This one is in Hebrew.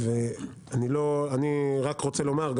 אומר ואני רק רוצה לומר,